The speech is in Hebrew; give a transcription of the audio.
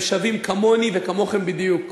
הם שווים כמוני וכמוכם בדיוק.